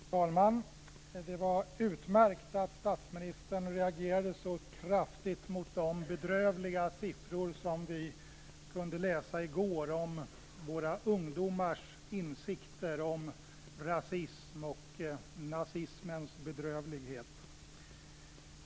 Fru talman! Det var utmärkt att statsministern reagerade så kraftigt mot de bedrövliga siffror som vi kunde läsa i går om våra ungdomars insikter om rasism och om nazismens bedrövlighet.